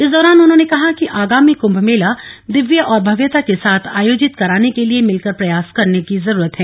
इस दौरान उन्होंने कहा कि आगामी कृम्म मेला दिव्य और भव्यता के साथ आयोजित कराने के लिए मिलकर प्रयास करने की जरूरत है